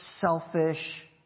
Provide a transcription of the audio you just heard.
selfish